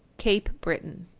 cape breton.